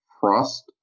frost